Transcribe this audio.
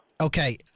Okay